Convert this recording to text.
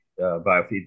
biofeedback